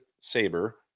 saber